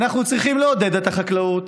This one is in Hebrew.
אנחנו צריכים לעודד את החקלאות